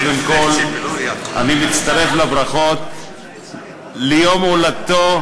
קודם כול אני מצטרף לברכות ליום הולדתו,